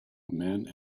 man